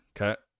Okay